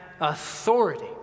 authority